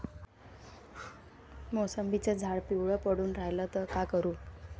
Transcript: मोसंबीचं झाड पिवळं पडून रायलं त का करू?